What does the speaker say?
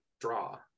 draw